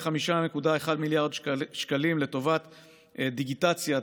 5.1 מיליארד שקלים לטובת דיגיטציה,